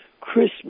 Christmas